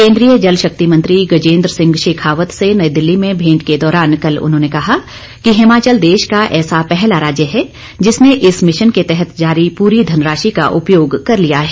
केन्द्रीय जल शक्तिमंत्री गजेन्द्र सिंह शेखावत से नई दिल्ली में भेंट के दौरान कल उन्होंने कहा कि हिमाचल देश का ऐसा पहला राज्य है जिसने इस मिशन के तहत जारी पूरी धनराशि का उपयोग कर लिया है